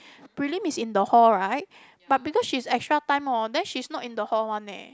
prelim is in the hall right but because she's extra time orh then she's not in the hall one leh